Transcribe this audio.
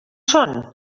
són